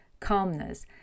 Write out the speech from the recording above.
calmness